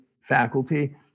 faculty